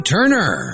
Turner